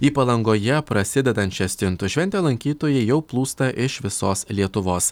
į palangoje prasidedančią stintų šventę lankytojai jau plūsta iš visos lietuvos